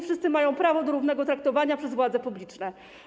Wszyscy mają prawo do równego traktowania przez władze publiczne.